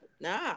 Nah